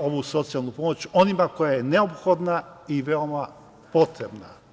ovu socijalnu pomoć, onima kojima je neophodna i veoma potrebna.